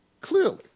Clearly